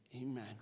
Amen